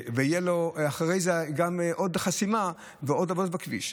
ואחרי זה יהיו עוד חסימה ועוד עבודות בכביש.